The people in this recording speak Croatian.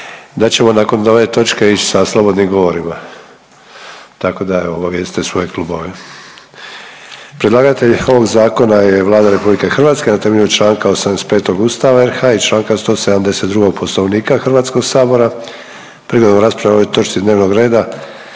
da ćemo nakon ove točke ići sa slobodnim govorima, tako da evo obavijestite svoj klubove. Predlagatelj ovog zakona je Vlada Republike Hrvatske na temelju članka 85. Ustava RH i članka 172. Poslovnika Hrvatskog sabora. Prigodom rasprave o ovoj točci dnevnog reda